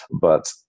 But-